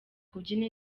kubyina